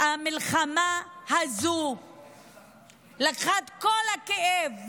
המלחמה הזו לקחה את כל הכאב,